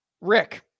Rick